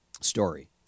story